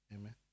Amen